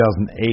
2008